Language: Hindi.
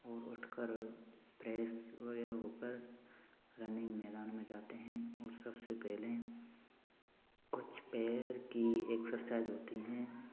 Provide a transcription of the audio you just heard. और उठकर फ्रेश वगैरह होकर रनिंग मैदान में जाते हैं और सबसे पहले कुछ पैर की एक्सरसाइज होती है